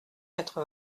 quatre